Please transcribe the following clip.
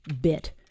bit